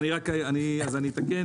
אז אני אתקן